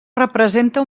representa